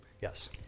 Yes